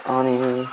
अनि